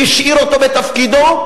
והשאיר אותו בתפקידו,